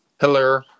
Hello